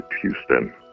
Houston